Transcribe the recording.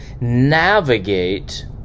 navigate